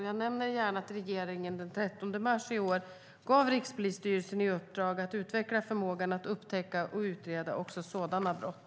Jag nämner gärna att regeringen den 13 mars i år gav Rikspolisstyrelsen i uppdrag att utveckla förmågan att upptäcka och utreda också sådana brott.